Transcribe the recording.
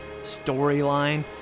storyline